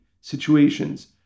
situations